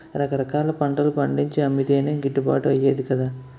రకరకాల పంటలు పండించి అమ్మితేనే గిట్టుబాటు అయ్యేది కదా